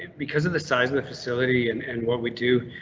because of the size of the facility and and what we do.